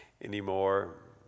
anymore